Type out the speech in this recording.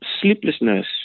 sleeplessness